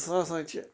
سُہ ہسا چھِ